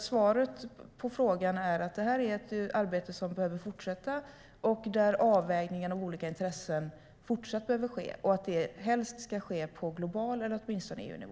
Svaret på frågan är alltså att detta är ett arbete som behöver fortsätta och där avvägningen mellan olika intressen fortsatt behöver ske. Det ska helst se på global nivå eller åtminstone på EU-nivå.